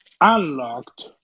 unlocked